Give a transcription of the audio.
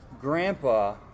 Grandpa